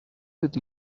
with